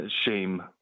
shame